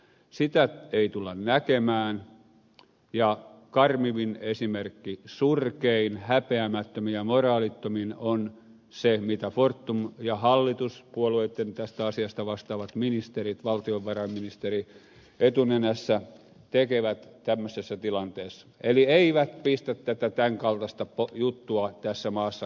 sitä ei tulla näkemään ja karmivin esimerkki surkein häpeämättömin ja moraalittomin on se mitä fortum ja hallituspuolueitten tästä asiasta vastaavat ministerit valtiovarainministeri etunenässä tekevät tämmöisessä tilanteessa eli eivät pistä tätä tämän kaltaista juttua tässä maassa kuriin